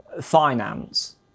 finance